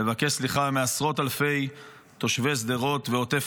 לבקש סליחה מעשרות אלפי תושבי שדרות ועוטף